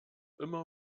immer